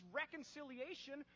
reconciliation